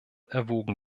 erwogen